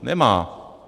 Nemá.